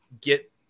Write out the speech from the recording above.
get